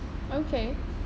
okay